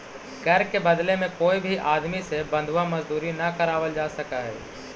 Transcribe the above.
कर के बदले में कोई भी आदमी से बंधुआ मजदूरी न करावल जा सकऽ हई